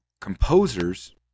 composers